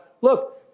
look